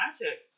magic